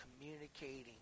communicating